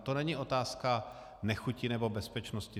To není otázka nechuti nebo bezpečnosti.